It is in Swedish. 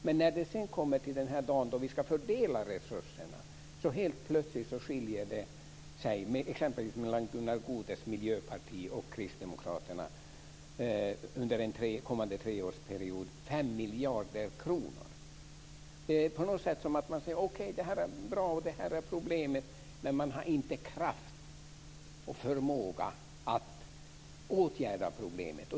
Men den dagen resurserna ska fördelas skiljer det helt plötsligt exempelvis mellan Gunnar Goudes miljöparti och Kristdemokraterna avseende den kommande treårsperioden med 5 miljarder kronor. Det är på något sätt som att man säger att okej det här är bra och det här är problemet. Men man har inte kraft och förmåga att åtgärda problemet.